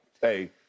Hey